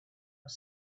was